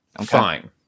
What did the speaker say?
fine